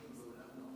ההצבעה.